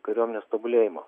kariuomenės tobulėjimo